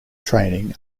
training